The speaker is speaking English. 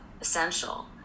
essential